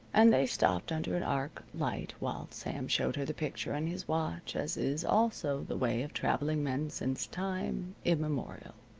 and they stopped under an arc light while sam showed her the picture in his watch, as is also the way of traveling men since time immemorial.